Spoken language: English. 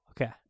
Okay